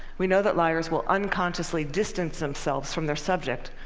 we know that liars will unconsciously distance themselves from their subject,